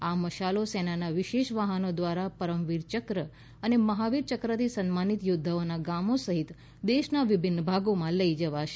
આ મશાલો સેનાના વિશેષ વાહનો દ્વારા પરમવીર ચક્ર અને મહાવીર ચક્રથી સન્માનિત યોદ્વાના ગામો સહિત દેશના વિભિન્ન ભાગોમાં લઈ જવાશે